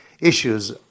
Issues